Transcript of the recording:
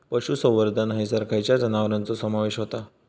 पशुसंवर्धन हैसर खैयच्या जनावरांचो समावेश व्हता?